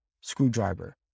screwdriver